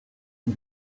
and